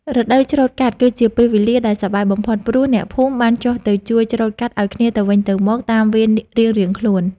រដូវច្រូតកាត់ គឺជាពេលវេលាដែលសប្បាយបំផុត ព្រោះអ្នកភូមិបានចុះទៅជួយច្រូតកាត់ឱ្យគ្នាទៅវិញទៅមកតាមវេនរៀងៗខ្លួន។